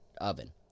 oven